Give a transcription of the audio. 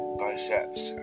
biceps